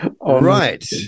right